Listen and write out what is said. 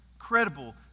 Incredible